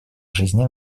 жизни